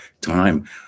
time